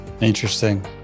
Interesting